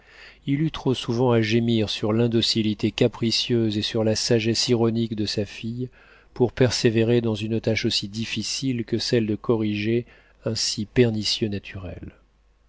il eut trop souvent à gémir sur l'indocilité capricieuse et sur la sagesse ironique de sa fille pour persévérer dans une tâche aussi difficile que celle de corriger un si pernicieux naturel